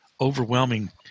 overwhelming